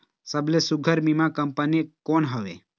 सबले सुघ्घर बीमा कंपनी कोन हवे?